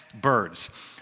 birds